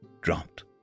dropped